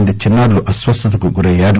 మంది చిన్నారులు అస్వస్థతకు గురయ్యారు